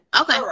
Okay